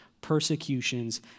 persecutions